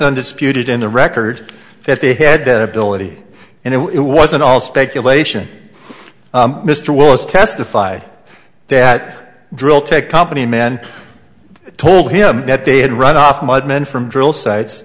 undisputed in the record that they had that ability and it wasn't all speculation mr willis testified that drill tech company men told him that they had run off mud men from drill sites